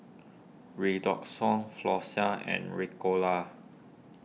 Redoxon Floxia and Ricola